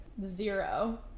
Zero